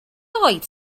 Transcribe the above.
oed